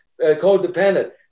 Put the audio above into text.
codependent